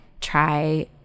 try